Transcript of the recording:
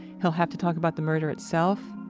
he'll have to talk about the murder itself,